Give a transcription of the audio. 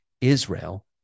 Israel